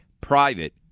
Private